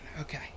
Okay